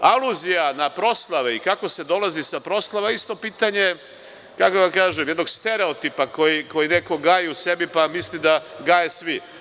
Aluzija na proslave i kako se dolazi sa proslave, isto pitanje, kako da vam kažem, jednog stereotipa koji neko gaji u sebi, pa misle da gaje svi.